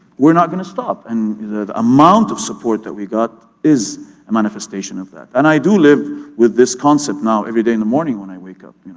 we're not gonna stop, and the amount of support that we got is a manifestation of that, and i do live with this concept now every day in the morning when i wake up,